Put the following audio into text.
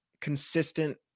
consistent